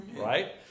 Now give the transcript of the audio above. right